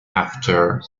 after